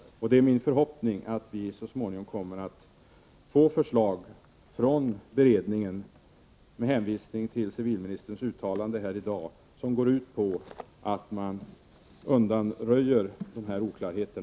Det är min förhoppning att vi så småningom kommer att få förslag från beredningen med hänvisning till civilministerns uttalande här i dag som går ut på att man undanröjer dessa oklarheter.